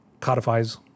codifies